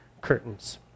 curtains